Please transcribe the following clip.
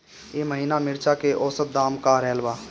एह महीना मिर्चा के औसत दाम का रहल बा?